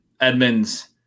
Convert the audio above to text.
Edmonds